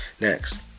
Next